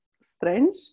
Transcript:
strange